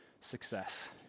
success